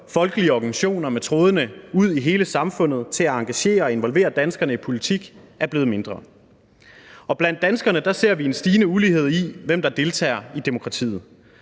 folkelige organisationer med trådene ud i hele samfundet til at engagere og involvere danskerne i politik er blevet mindre. Og blandt danskerne ser vi en stigende ulighed i, hvem der deltager i demokratiet.